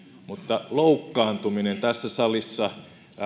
mutta loukkaantuminen tässä salissa